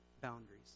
boundaries